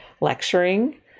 lecturing